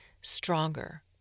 stronger